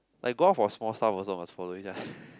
like go out for small stuff also must follow each other